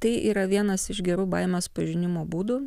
tai yra vienas iš gerų baimės pažinimo būdų